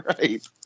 Right